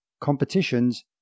competitions